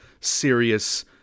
serious